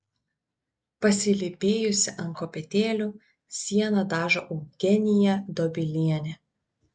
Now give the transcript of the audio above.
pasilypėjusi ant kopėtėlių sieną dažo eugenija dobilienė